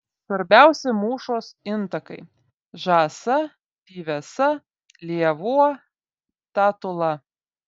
svarbiausi mūšos intakai žąsa pyvesa lėvuo tatula